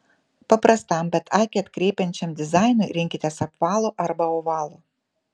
paprastam bet akį atkreipiančiam dizainui rinkitės apvalų arba ovalų